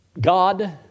God